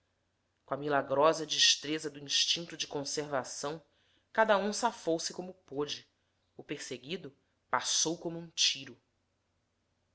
com a milagrosa destreza do instinto de conservação cada um safou se como pôde o perseguido passou como um tiro